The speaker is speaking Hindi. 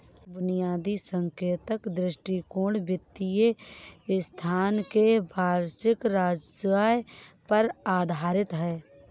बुनियादी संकेतक दृष्टिकोण वित्तीय संस्थान के वार्षिक राजस्व पर आधारित है